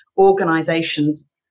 Organizations